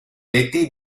detti